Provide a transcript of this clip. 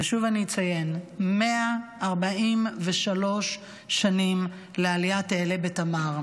ושוב אני אציין, 143 שנים לעליית "אעלה בתמר".